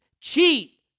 cheat